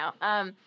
now